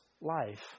life